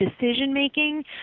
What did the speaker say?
decision-making